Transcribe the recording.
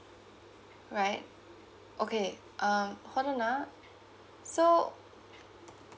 alright okay um hold on ah so